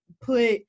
put